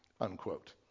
unquote